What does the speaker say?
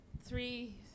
three